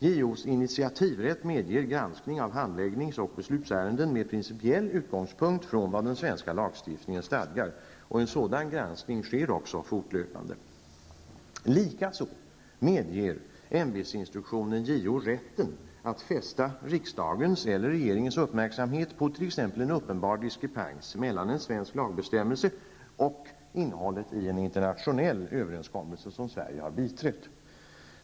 JOs initativrätt medger granskning av handläggnings och beslutsärenden med principiell utgångspunkt från vad den svenska lagstiftningen stadgar. Sådan granskning sker också fortlöpande. Likaså medger ämbetsinstruktionen JO rätten att fästa riksdagens eller regeringens uppmärksamhet på t.ex. en uppenbar diskrepans mellan en svensk lagbestämmelse och innehållet i en internationell överenskommelse som Sverige biträtt.